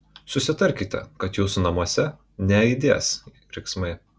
susitarkite kad jūsų namuose neaidės riksmai